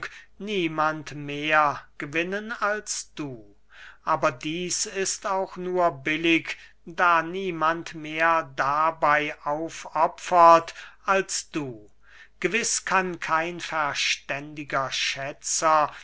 niemand mehr gewinnen als du aber dieß ist auch nur billig da niemand mehr dabey aufopfert als du gewiß kann kein verständiger schätzer